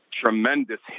tremendous